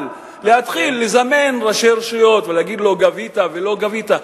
אבל להתחיל לזמן ראשי רשויות ולהגיד: גבית ולא גבית,